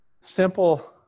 simple